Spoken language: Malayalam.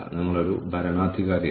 നമ്മൾ അവർക്ക് എത്ര പണം നൽകുന്നു